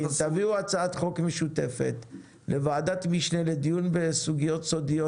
תביאו הצעת חוק משותפת לוועדת משנה לדיון בסוגיות סודיות